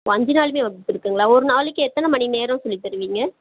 ஓ அஞ்சு நாளுமே வகுப்பு இருக்குதுங்களா ஒரு நாளைக்கு எத்தனை மணி நேரம் சொல்லி தருவீங்க